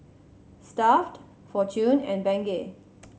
Stuff'd Fortune and Bengay